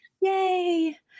Yay